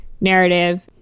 narrative